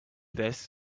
this